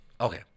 Okay